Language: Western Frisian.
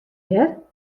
hear